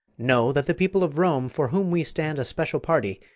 know that the people of rome, for whom we stand a special party,